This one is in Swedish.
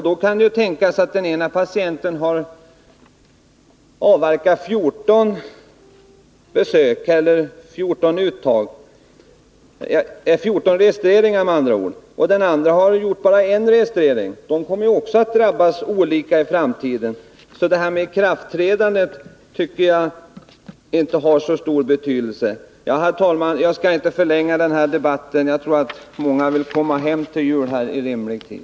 Då kan det tänkas att den ena patienten har avverkat 14 läkarbesök eller läkemedelsbesök — 14 registreringar med andra ord — och den andra bara har en registrering. De kommer också att drabbas olika i framtiden. Därför tycker jag inte att frågan om tidpunkten för ikraftträdandet har så stor betydelse. Herr talman! Jag skall inte förlänga denna debatt. Jag tror att många vill komma hem till jul i rimlig tid.